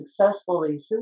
successfully